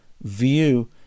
view